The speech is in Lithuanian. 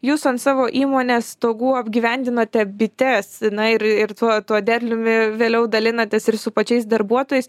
jūs ant savo įmonės stogų apgyvendinote bites na ir ir tuo tuo derliumi vėliau dalinatės ir su pačiais darbuotojais